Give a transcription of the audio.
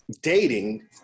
dating